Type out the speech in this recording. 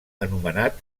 anomenat